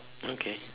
okay